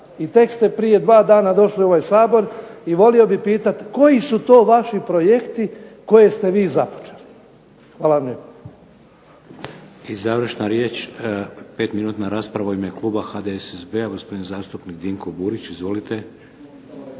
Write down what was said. i tek ste prije dva dana došli u ovaj Sabor i volio bih pitat koji su to vaši projekti koje ste vi započeli. Hvala vam